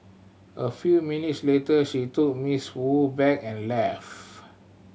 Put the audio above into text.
a few minutes later she took Miss Wu bag and left